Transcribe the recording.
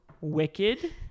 wicked